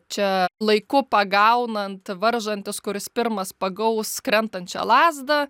čia laiku pagaunant varžantis kuris pirmas pagaus krentančią lazdą